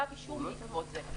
--- להגיש כתב אישום בעקבות זה.